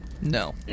No